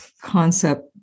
concept